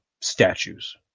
statues